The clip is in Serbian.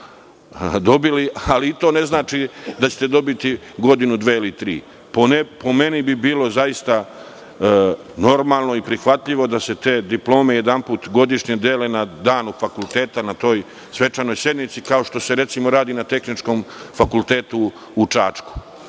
ali i to ne znači da ćete dobiti godinu, dve ili tri. Po meni bi bilo zaista normalno i prihvatljivo da se te diplome jedanput godišnje dele na danu fakulteta na toj svečanoj sednici, kao što se recimo, radi na Tehničkom fakultetu u Čačku. Dakle,